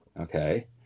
Okay